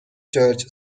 church